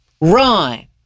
Run